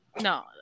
No